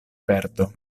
perdo